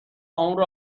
عمر